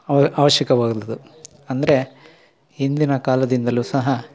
ಅವ ಅವಶ್ಯಕವಾದದ್ದು ಅಂದರೆ ಹಿಂದಿನ ಕಾಲದಿಂದಲೂ ಸಹ